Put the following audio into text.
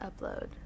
upload